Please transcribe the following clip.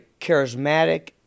charismatic